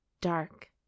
dark